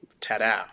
ta-da